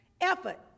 effort